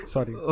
Sorry